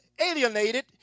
alienated